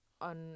on